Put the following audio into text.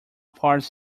parts